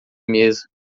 mesa